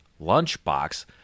lunchbox